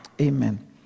Amen